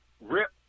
rip